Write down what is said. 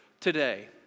today